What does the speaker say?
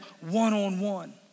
one-on-one